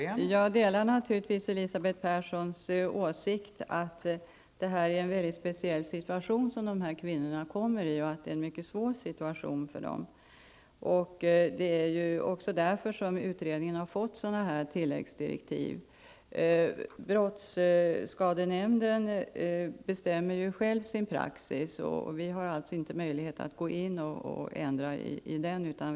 Fru talman! Jag delar naturligtvis Elisabeth Perssons åsikt att dessa kvinnor har en mycket speciell och svår situation. Det är också därför som utredningen har fått sådana här tilläggsdirektiv. Brottsskadenämnden bestämmer själv sin praxis, och vi har inte möjlighet att gå in och ändra i den.